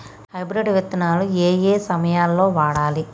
Hybrid విత్తనాలు ఏయే సమయాల్లో వాడాలి?